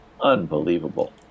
unbelievable